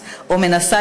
בחדשנות,